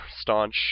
staunch